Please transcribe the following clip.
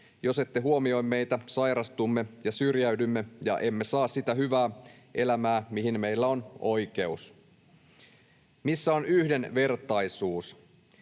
Jos ette huomioi meitä, sairastumme ja syrjäydymme ja emme saa sitä hyvää elämää, mihin meillä on oikeus. Missä on yhdenvertaisuus?